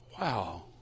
Wow